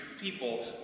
people